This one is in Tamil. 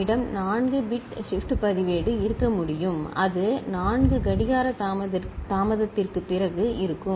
நம்மிடம் 4 பிட் ஷிப்ட் பதிவேடு இருக்க முடியும் அது 4 கடிகார தாமதத்திற்குப் பிறகு இருக்கும்